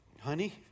Honey